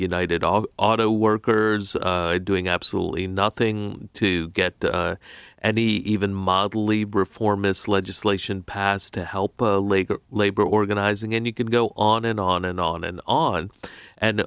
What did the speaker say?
united auto auto workers doing absolutely nothing to get and even mildly reformist legislation passed to help labor labor organizing and you could go on and on and on and on and